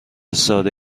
ساده